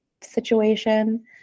situation